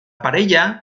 parella